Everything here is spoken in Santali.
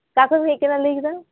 ᱚᱠᱟ ᱠᱷᱚᱱᱮᱢ ᱦᱮᱡ ᱟᱠᱟᱱᱟ ᱞᱟᱹᱭ ᱠᱮᱫᱟᱢ